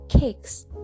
Cakes